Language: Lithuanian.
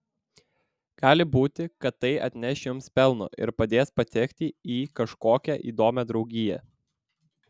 gali būti kad tai atneš jums pelno ir padės patekti į kažkokią įdomią draugiją